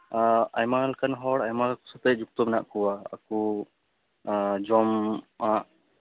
ᱟᱭᱢᱟ ᱞᱮᱠᱟᱱ ᱦᱚᱲ ᱟᱭᱢᱟ ᱥᱟᱛᱮ ᱡᱩᱠᱛᱚ ᱢᱮᱱᱟᱜ ᱠᱚᱣᱟ ᱟᱠᱚ ᱡᱚᱢ ᱟᱜ